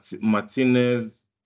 Martinez